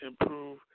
improve